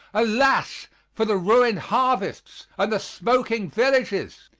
alas! for the ruined harvests and the smoking villages!